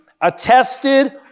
attested